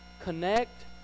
Connect